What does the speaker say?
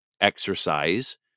exercise